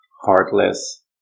heartless